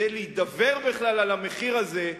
כדי להידבר בכלל על המחיר הזה,